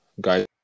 guys